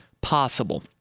possible